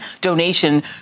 donation